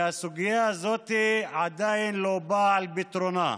והסוגיה הזאת עדיין לא באה על פתרונה.